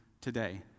today